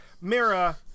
Mira